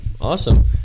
Awesome